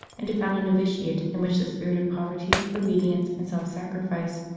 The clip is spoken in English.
and to found a novitiate in which the spirit of poverty, obedience, and self-sacrifice,